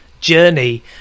journey